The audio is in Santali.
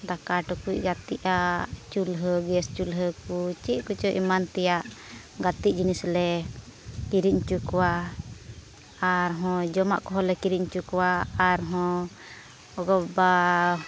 ᱫᱟᱠᱟ ᱴᱩᱠᱩᱡ ᱜᱟᱛᱮᱜ ᱟᱜ ᱪᱩᱞᱦᱟᱹ ᱜᱮᱥ ᱪᱩᱞᱦᱟᱹ ᱠᱚ ᱪᱮᱫ ᱠᱚᱪᱚ ᱮᱢᱟᱱ ᱛᱮᱭᱟᱜ ᱜᱟᱛᱮ ᱡᱤᱱᱤᱥ ᱞᱮ ᱠᱤᱨᱤᱧ ᱦᱚᱪᱚ ᱠᱚᱣᱟ ᱟᱨᱦᱚᱸ ᱡᱚᱢᱟᱜ ᱠᱚᱦᱚᱸᱞᱮ ᱠᱤᱨᱤᱧ ᱦᱚᱪᱚ ᱠᱚᱣᱟ ᱟᱨᱦᱚᱸ ᱜᱚᱜᱚᱼᱵᱟᱵᱟ